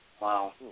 Wow